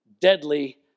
deadly